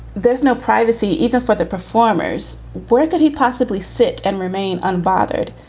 there's no privacy even for the performers. where could he possibly sit and remain unbothered?